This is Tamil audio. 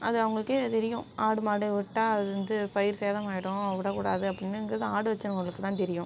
அது அவங்களுக்கே தெரியும் ஆடு மாடு விட்டா அது வந்து பயிர் சேதமாகிடும் விடக்கூடாது அப்புடின்னு இங்கே தான் ஆடு வெச்சவங்களுக்கு தான் தெரியும்